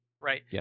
Right